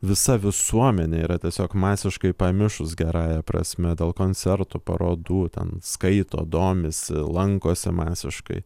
visa visuomenė yra tiesiog masiškai pamišus gerąja prasme dėl koncertų parodų ten skaito domisi lankosi masiškai